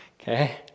Okay